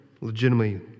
legitimately